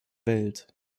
welt